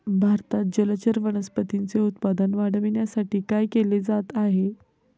भारतात जलचर वनस्पतींचे उत्पादन वाढविण्यासाठी काय केले जात आहे?